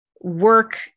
work